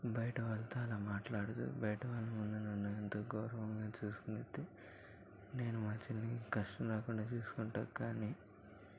బయట వాళ్ళతో అలా మాట్లాడదు బయట వాళ్ళ ముందు నన్ను ఎంతో గౌరవంగా చూసుకునుద్దీ నేను మా చెల్లికి కష్టం రాకుండా చూసుకుంటాను కాని